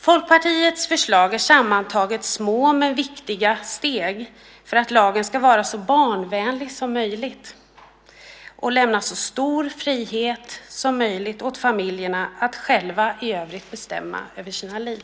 Folkpartiets förslag är sammantaget små men viktiga steg för att lagen ska bli så barnvänlig som möjligt och lämna så stor frihet som möjligt åt familjerna att själva i övrigt bestämma över sina liv.